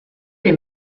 est